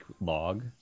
log